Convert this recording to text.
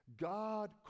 God